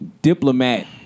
Diplomat